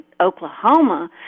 Oklahoma